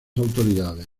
autoridades